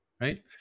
right